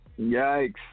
Yikes